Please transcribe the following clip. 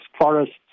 forests